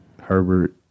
Herbert